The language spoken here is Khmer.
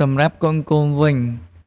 សម្រាប់កូនៗវិញ